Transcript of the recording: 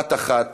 דת אחת,